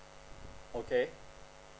okay